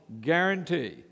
guarantee